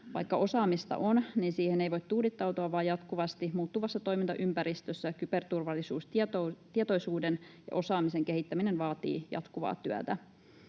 Vaikka osaamista on, niin siihen ei voi tuudittautua, vaan jatkuvasti muuttuvassa toimintaympäristössä kyberturvallisuustietoisuuden ja -osaamisen kehittäminen vaatii jatkuvaa työtä.